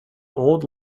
old